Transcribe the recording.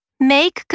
Make